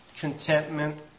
contentment